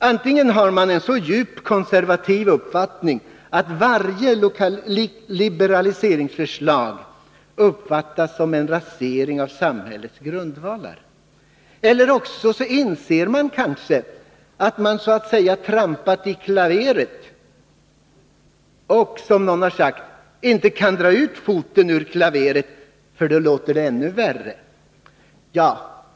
Antingen har man en så djupt konservativ uppfattning att varje liberaliseringsförslag uppfattas som en rasering av samhällets grundvalar eller också inser man kanske att man så att säga har trampat i klaveret och — som någon har sagt — inte kan dra ut foten ur klaveret, för då låter det ännu värre.